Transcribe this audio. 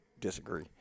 disagree